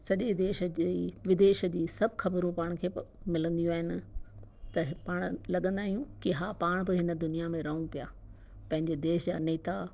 सॼे देश जे विदेश जी सभु ख़बरूं पाण खे मिलंदियूं आहिनि त पाणि लॻंदा आहियूं की हा पाण बि हिन दुनिया में रहूं पिया पंहिंजे देश जा नेता